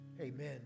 amen